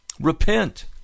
repent